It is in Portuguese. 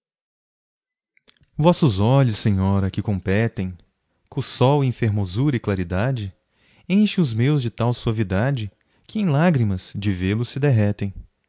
vossos olhos senhora que competem co sol em fermosura e claridade enchem os meus de tal suavidade que em lágrimas de vê-los se derretem